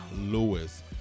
Lewis